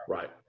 Right